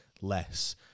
less